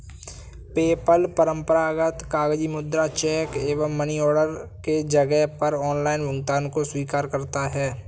PayPal परंपरागत कागजी मुद्रा, चेक एवं मनी ऑर्डर के जगह पर ऑनलाइन भुगतान को स्वीकार करता है